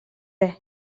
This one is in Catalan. res